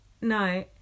No